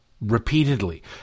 repeatedly